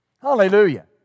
Hallelujah